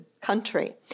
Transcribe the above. country